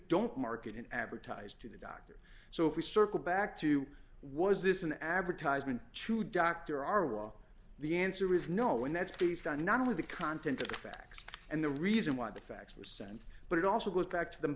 don't market and advertise to the doctor so if we circle back to was this an advertisement to doctor are wrong the answer is no and that's based on not only the content of the facts and the reason why the facts were sent but it also goes back to the